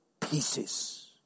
pieces